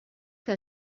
que